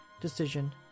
decision